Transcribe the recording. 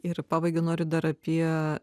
ir pavagia nori dar apie